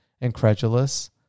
incredulous